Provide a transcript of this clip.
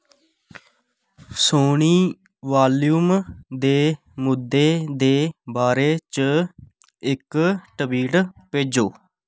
Soni volume दे मुद्दें दे बारे च इक ट्वीट भेजो